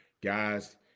Guys